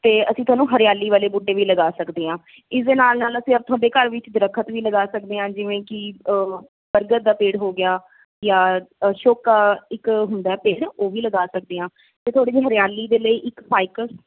ਅਤੇ ਅਸੀਂ ਤੁਹਾਨੂੰ ਹਰਿਆਲੀ ਵਾਲੇ ਬੂਟੇ ਵੀ ਲਗਾ ਸਕਦੇ ਹਾਂ ਇਸਦੇ ਨਾਲ ਨਾਲ ਅਸੀਂ ਇੱਥੋਂ ਦੇ ਘਰ ਵਿੱਚ ਦਰਖਤ ਵੀ ਲਗਾ ਸਕਦੇ ਹਾਂ ਜਿਵੇਂ ਕਿ ਬਰਗਦ ਦਾ ਪੇੜ ਹੋ ਗਿਆ ਜਾਂ ਅਸ਼ੋਕਾ ਇੱਕ ਹੁੰਦਾ ਪੇੜ ਉਹ ਵੀ ਲਗਾ ਸਕਦੇ ਹਾਂ ਅਤੇ ਥੋੜ੍ਹੀ ਜਿਹੀ ਹਰਿਆਲੀ ਦੇ ਲਈ ਇੱਕ ਫਾਈਕਲ